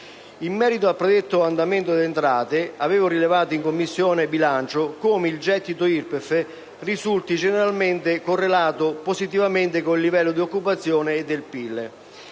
In merito al predetto andamento delle entrate, avevo rilevato in Commissione bilancio come il gettito IRPEF risulti generalmente correlato positivamente con il livello dell'occupazione e del PIL,